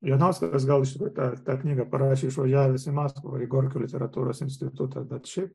jonauskas gal iš tikrųjų tą knygą parašė išvažiavęs į maskvą į gorkio literatūros institutą bet šiaip